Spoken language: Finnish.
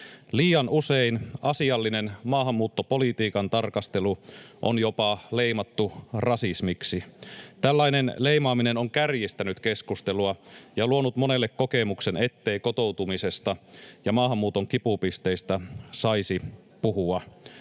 Liian usein asiallinen maahanmuuttopolitiikan tarkastelu on jopa leimattu rasismiksi. Tällainen leimaaminen on kärjistänyt keskustelua ja luonut monelle kokemuksen, ettei kotoutumisesta ja maahanmuuton kipupisteistä saisi puhua.